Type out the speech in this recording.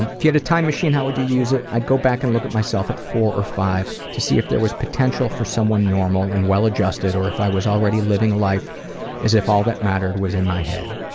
and if you had a time machine, how would you use it? i'd go back and look at myself at four or five to see if there was potential for someone normal and well-adjusted or if i was already living life as if all that mattered was in my head.